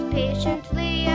patiently